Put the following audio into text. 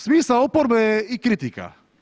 Smisao oporbe je i kritika.